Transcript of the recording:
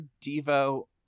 Devo